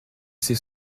c’est